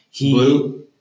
Blue